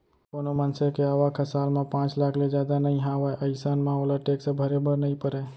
कोनो मनसे के आवक ह साल म पांच लाख ले जादा नइ हावय अइसन म ओला टेक्स भरे बर नइ परय